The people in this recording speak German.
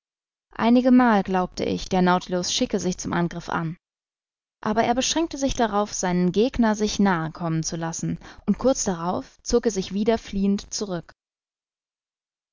einigemal glaubte ich der nautilus schicke sich zum angriff an aber er beschränkte sich darauf seinen gegner sich nahe kommen zu lassen und kurz darauf zog er sich wieder fliehend zurück